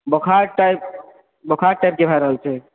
बोखार टाइप बोखार टाइप के भए रहल छै